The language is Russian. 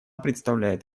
представляет